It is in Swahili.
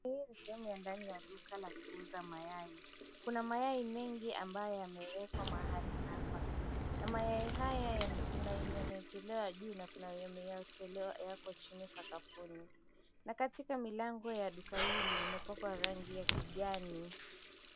Hii ni sehemu ya ndani ya duka la kuuza mayai. Kuna mayai mengi ambayo yamewekwa mahali hapa na mayai haya kuna yenye yamewekelewa juu na kuna yenye yamewekelewa yako chini sakafuni na kitika milango ya duka hili imepakwa rangi ya kijani.